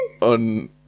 on